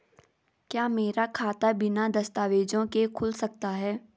क्या मेरा खाता बिना दस्तावेज़ों के खुल सकता है?